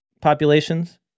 populations